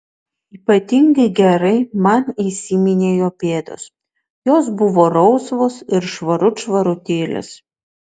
ypatingai gerai man įsiminė jo pėdos jos buvo rausvos ir švarut švarutėlės